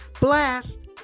blast